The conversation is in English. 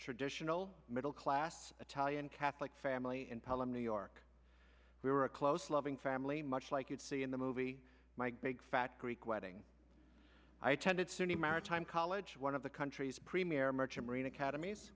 traditional middle class italian catholic family in pelham new york we were a close loving family much like you'd see in the movie mike big fat greek wedding i attended suny maritime college one of the country's premier merchant marine academ